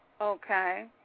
Okay